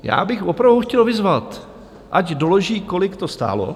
Já bych opravdu chtěl vyzvat, ať doloží, kolik to stálo.